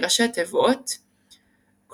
או Ichthys כראשי תיבות של Iēsous Christos,